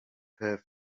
have